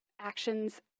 actions